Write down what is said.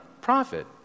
profit